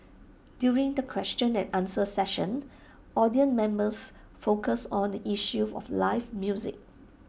during the question and answer session audience members focused on the issue of live music